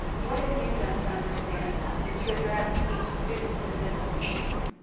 what have you done to understand that, and to address each students individual needs?